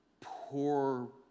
poor